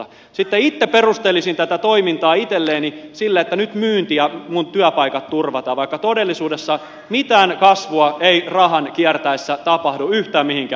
sitten itse perustelisin tätä toimintaa itselleni sillä että nyt myynti ja minun työpaikat turvataan vaikka todellisuudessa mitään kasvua ei rahan kiertäessä tapahdu yhtään mihinkään